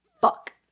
fuck